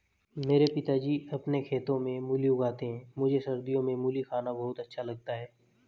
मेरे पिताजी अपने खेतों में मूली उगाते हैं मुझे सर्दियों में मूली खाना बहुत अच्छा लगता है